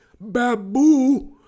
Babu